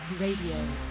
Radio